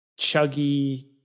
chuggy